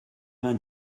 vingt